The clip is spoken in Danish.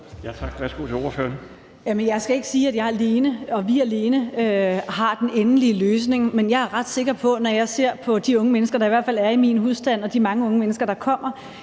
jeg skal ikke sige, at jeg alene og vi alene har den endelige løsning, men når jeg ser på de unge mennesker, der er i min husstand, og de mange unge mennesker, der kommer